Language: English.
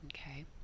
okay